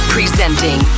Presenting